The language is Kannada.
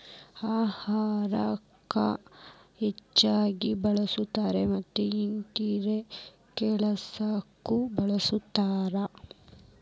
ಅಹಾರಕ್ಕ ಹೆಚ್ಚಾಗಿ ಬಳ್ಸತಾರ ಮತ್ತ ಇನ್ನಿತರೆ ಕೆಲಸಕ್ಕು ಬಳ್ಸತಾರ